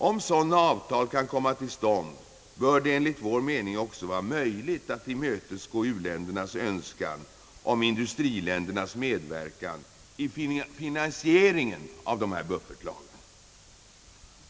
Om sådana avtal kan komma till stånd, bör det enligt vår mening också vara möjligt att tillmötesgå u-ländernas önskan om industriländernas medverkan i finansieringen av dessa buffertlager.